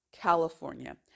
California